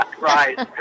right